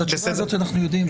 את התזה הזו אנו כבר יודעים.